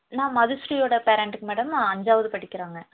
நான் மதுஸ்ரீயோட பேரண்ட்டுங்க மேடம் அஞ்சாவது படிக்கிறாங்க